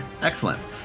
Excellent